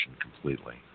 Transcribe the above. completely